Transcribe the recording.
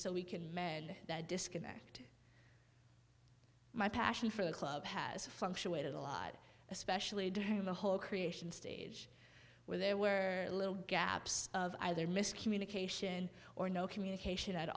so we can and that disconnect my passion for the club has function waited a lot especially during the whole creation stage where there were little gaps of either miscommunication or no communication at